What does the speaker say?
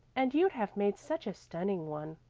and you'd have made such a stunning one.